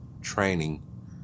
training